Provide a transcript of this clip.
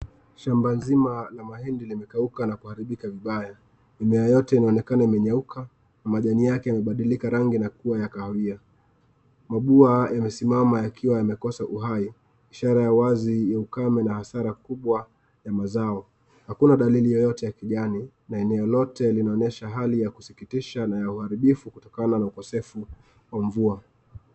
Shamba mzima la mahindi limeharibika na kukauka vibaya. Mimea yote inaonekana imenyauka na majani yake imebadilisha rangi na kuwa ya kahawia. Mabua yamesimama yakiwa yamekosa uhai ishara wazi ya ukame na hasara kubwa ya mazao hakuna dalili yeyote ya kijani na eneo lote linaonyesha hali ya kusikitisha na uharibifu kutokana na ukosefu wa mvua.